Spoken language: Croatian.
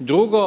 Drugo,